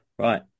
Right